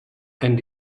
and